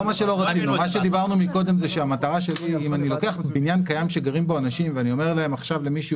אם אני לוקח בניין קיים שגרים אנשים ואני אומר למישהו